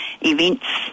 events